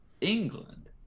England